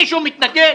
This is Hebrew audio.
מישהו מתנגד